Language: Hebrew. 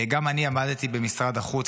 גם אני עמדתי במשרד החוץ,